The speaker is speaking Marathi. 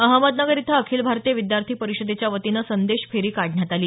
अहमदनगर इथं अखिल भारतीय विद्यार्थी परिषदेच्या वतीनं संदेश फेरी काढण्यात आली